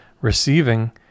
receiving